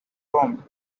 rome